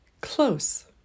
close